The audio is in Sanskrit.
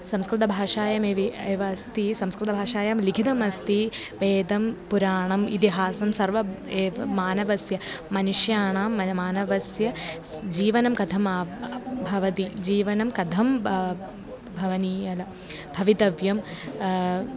संस्कृतभाषायाम् एव एव अस्ति संस्कृतभाषायां लिखितम् अस्ति वेदं पुराणम् इतिहासं सर्वं एव मानवस्य मनुष्याणां मनः मानवस्य जीवनं कथम् आ भवति जीवनं कथं ब भवति भवितव्यं